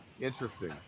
Interesting